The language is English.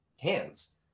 hands